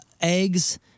eggs